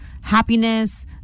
happiness